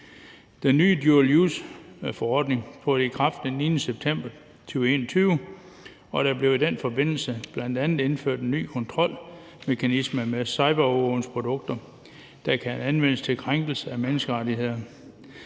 Den nye dual use-forordning trådte i kraft den 9. september 2021, og der blev i den forbindelse bl.a. indført en ny kontrolmekanisme for cyberovervågningsprodukter, der kan anvendes til krænkelse af menneskerettighederne,